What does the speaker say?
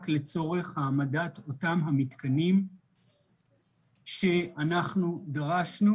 לצורך העמדת אותם המתקנים שאנחנו דרשנו,